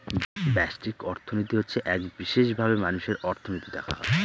ব্যষ্টিক অর্থনীতি হচ্ছে এক বিশেষভাবে মানুষের অর্থনীতি দেখা হয়